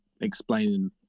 explaining